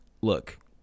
look